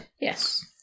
Yes